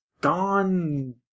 gone